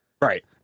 right